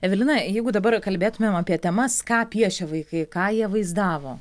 evelina jeigu dabar kalbėtumėm apie temas ką piešė vaikai ką jie vaizdavo